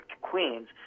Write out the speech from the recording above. Queens